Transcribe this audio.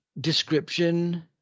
description